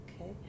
Okay